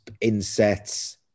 insets